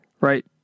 right